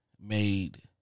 made